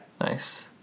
Nice